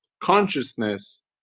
consciousness